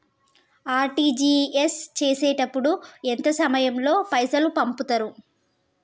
RTGS చేసినప్పుడు ఎంత సమయం లో పైసలు పంపుతరు?